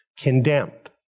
condemned